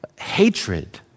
hatred